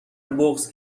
بغض